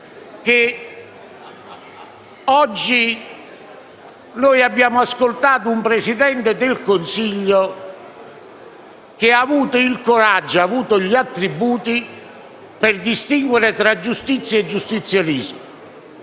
Oggi noi abbiamo ascoltato un Presidente del Consiglio che ha avuto il coraggio e gli attributi per distinguere tra giustizia e giustizialismo;